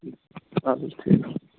اد حظ ٹھیٖک چھُ